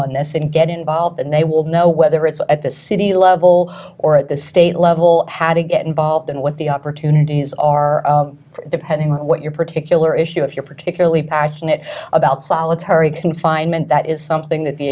on this and get involved and they will know whether it's at the city level or at the state level had to get involved and what the opportunities are depending on what your particular issue if you're particularly passionate about solitary confinement that is something that the